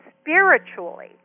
spiritually